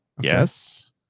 Yes